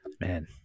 Man